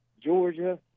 Georgia